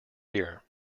here